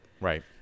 Right